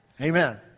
Amen